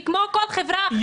היא כמו כל חברה אחרת.